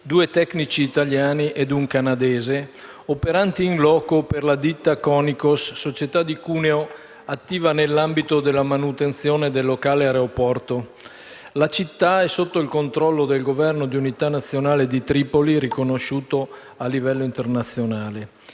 due tecnici italiani e un canadese operanti in blocco per la ditta Conicos, società di Cuneo attiva nell'ambito della manutenzione del locale aeroporto. La città è sotto il controllo del governo di unità nazionale di Tripoli riconosciuto a livello internazionale.